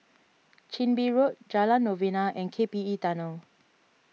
Chin Bee Road Jalan Novena and K P E Tunnel